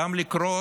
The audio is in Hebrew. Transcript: גם לקרוא